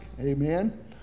Amen